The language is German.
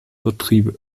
betriebe